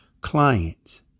clients